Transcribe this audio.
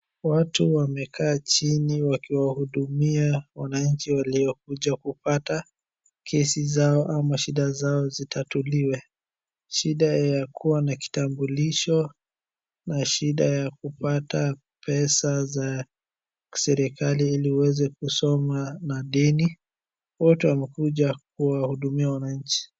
Watu wamekaa chini wakiwahudumia wananchi waliokuja kupata kesi zao ama shida zao zitatuliwe. Shida ya kuwa na kitambulisho, na shida ya kupata pesa za serikali ili uweze kusoma na deni, wote wamekuja kuwahudumia wananchi.